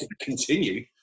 Continue